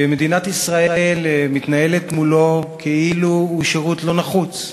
ומדינת ישראל מתנהלת מולו כאילו הוא שירות לא נחוץ.